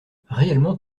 réellement